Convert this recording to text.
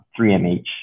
3Mh